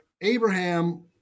Abraham